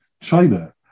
China